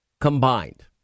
combined